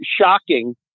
shocking